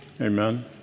Amen